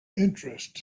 interest